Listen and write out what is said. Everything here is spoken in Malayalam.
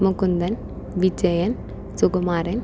മുകുന്ദൻ വിജയൻ സുകുമാരൻ